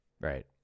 Right